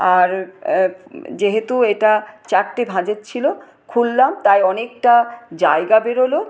আর যেহেতু এটা চারটে ভাঁজের ছিল খুললাম তাই অনেকটা জায়গা বেরোলো